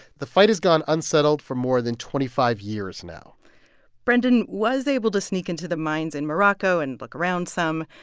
the fight has gone unsettled for more than twenty five years now brendan was able to sneak into the mines in morocco and look around some.